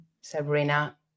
Sabrina